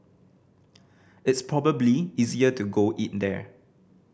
it's probably easier to go eat there